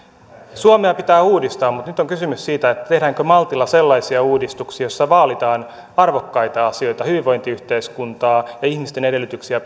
suomea pitää uudistaa mutta nyt on kysymys siitä tehdäänkö maltilla sellaisia uudistuksia joissa vaalitaan arvokkaita asioita hyvinvointiyhteiskuntaa ihmisten edellytyksiä